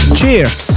Cheers